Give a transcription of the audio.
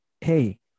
hey